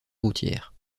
routière